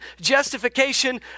justification